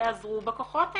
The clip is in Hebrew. תעזרו בכוחות האלה.